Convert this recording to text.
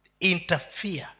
interfere